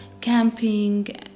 camping